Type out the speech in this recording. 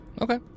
Okay